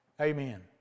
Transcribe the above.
Amen